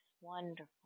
wonderful